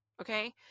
Okay